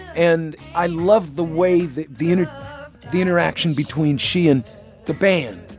and i love the way that the and the interaction between she and the band,